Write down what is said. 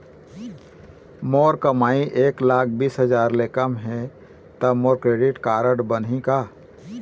मोर कमाई एक लाख बीस हजार ले कम हे त मोर क्रेडिट कारड बनही का?